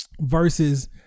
Versus